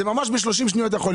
זה ממש יכול להיות ב-30 שניות.